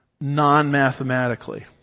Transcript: non-mathematically